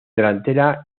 delantera